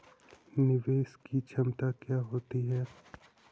निवेश की क्षमता क्या हो सकती है?